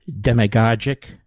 demagogic